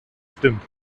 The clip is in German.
stimmt